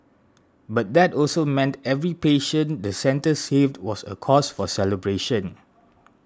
but that also meant every patient the centre saved was a cause for celebration